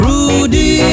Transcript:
Rudy